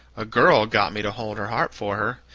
a girl got me to hold her harp for her,